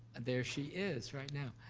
there she is right now.